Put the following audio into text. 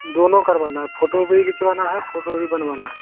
दोनों करवाना है फ़ोटो भी खिचवाना है फ़ोटो भी बनवाना है